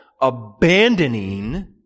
abandoning